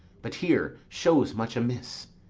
but here shows much amiss.